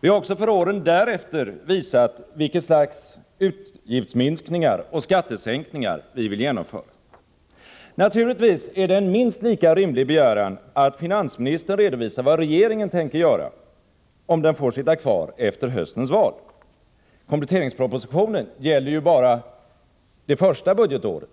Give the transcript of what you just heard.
Vi har också för åren därefter visat vilka slags utgiftsminskningar och skattesänkningar vi vill genomföra. Naturligtvis är det en minst lika rimlig begäran att finansministern redovisar vad regeringen tänker göra, om den får sitta kvar efter höstens val. Kompletteringspropositionen gäller ju bara det första budgetåret,